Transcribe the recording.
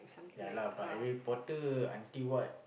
ya lah but anyway portal until what